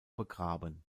begraben